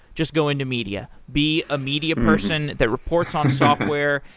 just go into media. be a media person that reports on software,